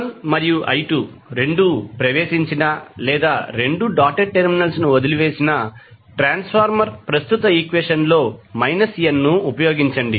I1మరియుI2 రెండూ ప్రవేశించినా లేదా రెండూ డాటెడ్ టెర్మినల్స్ ను వదిలివేసినా ట్రాన్స్ఫార్మర్ ప్రస్తుత ఈక్వెషన్లో n ని ఉపయోగించండి